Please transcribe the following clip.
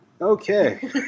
Okay